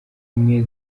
imwe